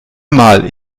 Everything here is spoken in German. mal